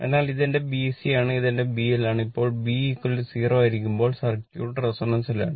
അതിനാൽ ഇത് എന്റെ B C ആണ് ഇത് എന്റെ BL ആണ് ഇപ്പോൾ B0 ആയിരിക്കുമ്പോൾ സർക്യൂട്ട് റെസൊണൻസിലാണ്